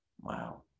Wow